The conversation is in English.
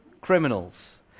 criminals